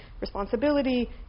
responsibility